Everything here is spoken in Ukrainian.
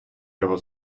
його